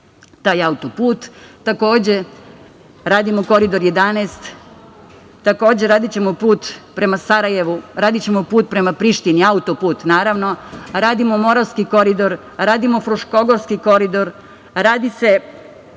taj auto-put. Takođe, radimo Koridor 11, radićemo put prema Sarajevu, radićemo put prema Prištini, auto-put naravno, radimo Moravski koridor, radimo Fruškogorski koridor, radi se